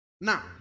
Now